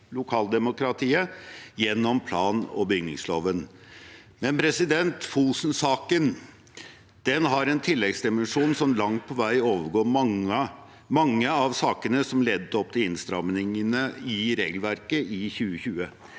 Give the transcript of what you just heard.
lokaldemokratiet gjennom plan- og bygningsloven. Men Fosen-saken har en tilleggsdimensjon som langt på vei overgår mange av sakene som ledet opp til innstrammingene i regelverket i 2020.